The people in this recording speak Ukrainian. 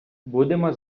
будемо